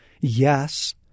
Yes